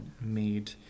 made